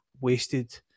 wasted